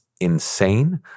insane